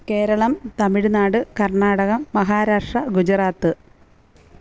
Keralam Tamil Nadu Karnataka Maharashtra Gujarat